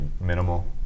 minimal